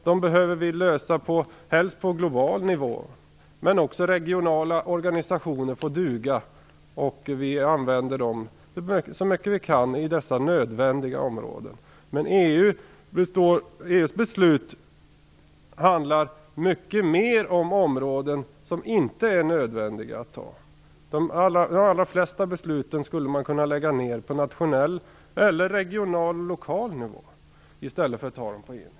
Dem behöver vi lösa, helst på global nivå, men också regionala organisationer får duga, och vi använder dem så mycket vi kan på dessa nödvändiga områden. Men EU:s beslut handlar mycket mer om områden där det inte är nödvändigt att fatta beslut centralt. De allra flesta besluten skulle man kunna lägga ned på nationell eller regional och lokal nivå i stället för att fatta dem på EU-nivå.